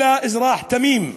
אלא אזרח תמים.